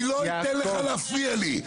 אני לא אתן לך להפריע לי,